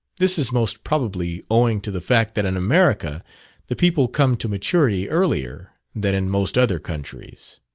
this is most probably owing to the fact that in america the people come to maturity earlier than in most other countries.